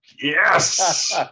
yes